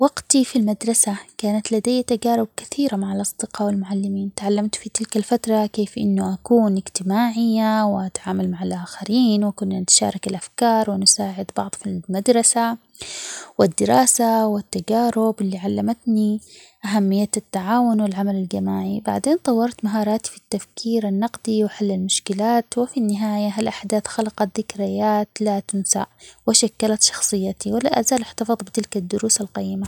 وقتي في المدرسة كانت لدي تجارب كثيرة مع الأصدقاء ،والمعلمين ، تعلمت في تلك الفتره كيف إنه أكون اجتماعية، وأتعامل مع الآخرين ،وكنا نتشارك الأفكار ،ونساعد بعض في -ال- المدرسة ،والدراسة ، والتجارب اللي علمتني أهمية التعاون ،والعمل الجماعي، بعدين طورت مهاراتي في التفكير النقدي ، وحل المشكلات وفي النهاية هالأحداث خلقت ذكريات لا تنسى ،وشكلت شخصيتي ولا أزال أحتفظ بتلك الدروس القيمة.